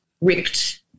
ripped